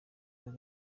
guha